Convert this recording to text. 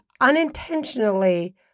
unintentionally